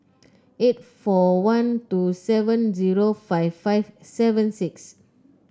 eight four one two seven zero five five seven six